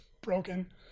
broken